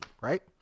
right